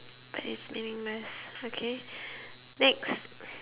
that is meaningless okay next